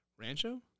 Rancho